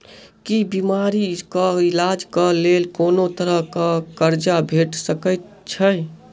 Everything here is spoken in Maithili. की बीमारी कऽ इलाज कऽ लेल कोनो तरह कऽ कर्जा भेट सकय छई?